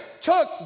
took